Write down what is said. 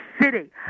City